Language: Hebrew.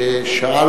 ששאל